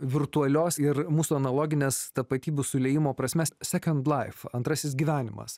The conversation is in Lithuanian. virtualios ir mūsų analoginės tapatybių susiliejimo prasmes sekand laif antrasis gyvenimas